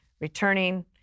returning